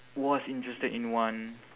was interested in one